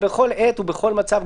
בכל עת ובכל מצב,